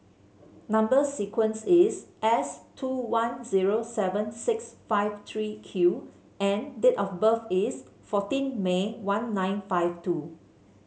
number sequence is S two one zero seven six five three Q and date of birth is fourteen May one nine five two